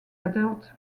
adult